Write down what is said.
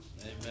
Amen